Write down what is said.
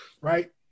right